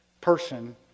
person